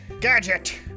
Gadget